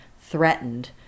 threatened